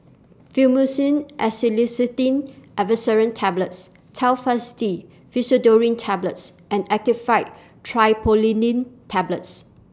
Fluimucil Acetylcysteine Effervescent Tablets Telfast D Pseudoephrine Tablets and Actifed Triprolidine Tablets